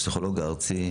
הפסיכולוג הארצי,